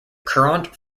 courant